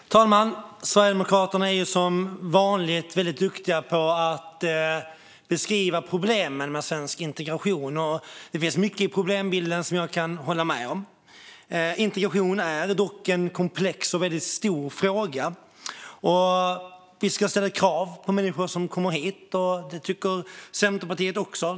Herr talman! Sverigedemokraterna är som vanligt väldigt duktiga på att beskriva problemen med svensk integration, och det finns mycket i problembeskrivningen som jag kan hålla med om. Integration är dock en komplex och stor fråga. Att vi ska ställa krav på människor som kommer hit tycker Centerpartiet också.